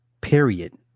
Period